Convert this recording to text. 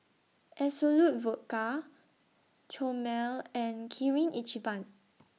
Absolut Vodka Chomel and Kirin Ichiban